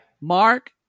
Mark